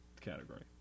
category